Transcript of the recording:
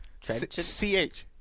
C-H